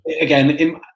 again